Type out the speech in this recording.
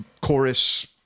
chorus